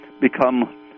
become